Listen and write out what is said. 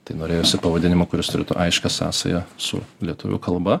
tai norėjosi pavadinimo kuris turėtų aiškią sąsają su lietuvių kalba